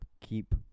Keep